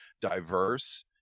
diverse